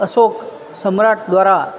અશોક સમ્રાટ દ્વારા